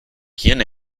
quién